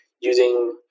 using